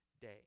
day